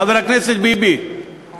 חבר הכנסת טיבי.